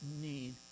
need